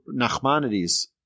Nachmanides